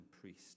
priest